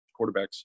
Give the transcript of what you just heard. quarterbacks